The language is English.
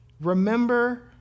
Remember